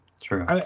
true